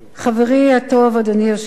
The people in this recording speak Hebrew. אדוני יושב-ראש הישיבה,